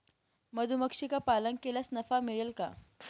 मधुमक्षिका पालन केल्यास नफा मिळेल का?